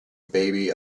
baby